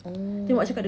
oh